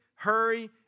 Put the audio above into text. Hurry